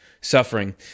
suffering